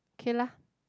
okay lah